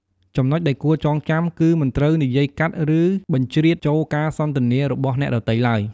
ចំណុចដែលគួរចងចាំ គឺមិនត្រូវនិយាយកាត់ ឬបជ្រៀតចូលការសន្ទនារបស់អ្នកដទៃឡើយ។